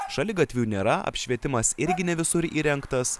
šaligatvių nėra apšvietimas irgi ne visur įrengtas